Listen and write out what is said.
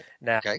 Now